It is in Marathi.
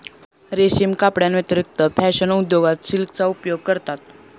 रेशीम कपड्यांव्यतिरिक्त फॅशन उद्योगात सिल्कचा उपयोग करतात